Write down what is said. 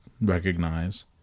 recognize